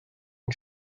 une